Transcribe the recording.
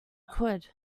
could